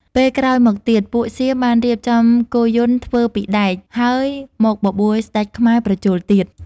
ពេលក្រោយមកទៀត ពួកសៀមបានរៀបចំគោយន្ដធ្វើពីដែកហើយមកបបួលស្ដេចខ្មែរប្រជល់ទៀត។